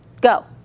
go